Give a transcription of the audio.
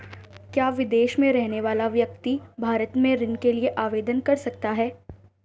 क्या विदेश में रहने वाला व्यक्ति भारत में ऋण के लिए आवेदन कर सकता है?